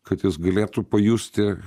kad jis galėtų pajusti